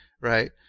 right